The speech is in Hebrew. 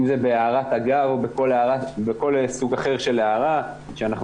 אם זה בהערת אגב או בכל סוג אחר של הערה שאנחנו